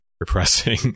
repressing